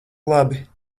labi